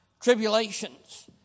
tribulations